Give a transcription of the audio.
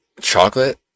Chocolate